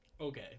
okay